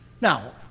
Now